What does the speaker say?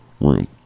room